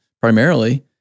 primarily